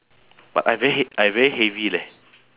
but I very he~ I very heavy leh